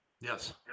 Yes